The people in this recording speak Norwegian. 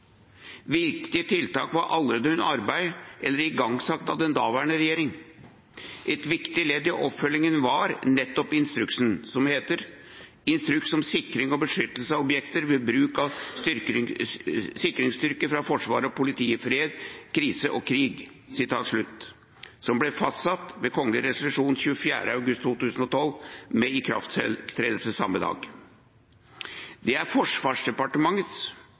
Viktige tiltak var allerede under arbeid eller igangsatt av den daværende regjeringen. Et viktig ledd i oppfølgingen var nettopp instruksen, som heter «Instruks om sikring og beskyttelse av objekter ved bruk av sikringsstyrker fra Forsvaret og politiet i fred, krise og krig», og som ble fastsatt ved kgl. resolusjon av 24. august 2012, med ikrafttredelse samme dag. Det er Forsvarsdepartementets